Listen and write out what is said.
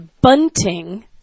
bunting